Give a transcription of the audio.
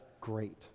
great